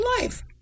life